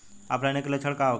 ऑफलाइनके लक्षण का होखे?